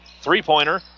three-pointer